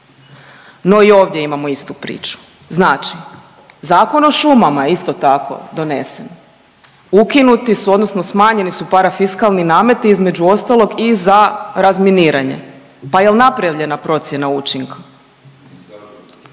No i ovdje imamo istu priču, znači Zakon o šumama je isto tako donesen, ukinuti su odnosno smanjeni su parafiskalni nameti između ostalog i za razminiranje. Pa jel napravljena procjena učinka?